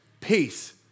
Peace